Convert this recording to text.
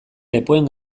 lepoen